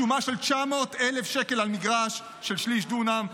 שומה של 900,000 שקל על מגרש של שליש דונם,